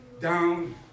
down